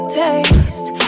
taste